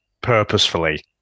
purposefully